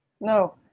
No